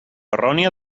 errònia